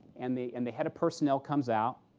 and the and the head of personnel comes out,